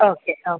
okay ಓ